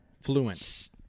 fluent